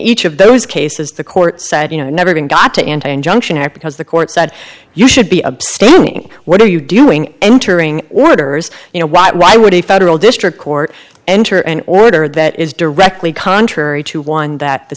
each of those cases the court said you know never got to injunction and because the court said you should be abstaining what are you doing entering orders you know why why would a federal district court enter an order that is directly contrary to one that the